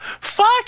Fuck